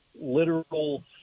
literal